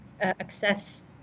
access